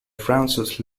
francis